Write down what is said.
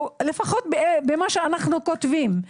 לפחות במה שאנחנו כותבים.